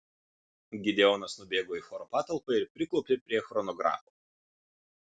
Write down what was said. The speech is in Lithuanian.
gideonas nubėgo į choro patalpą ir priklaupė prie chronografo